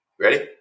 ready